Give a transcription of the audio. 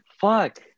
Fuck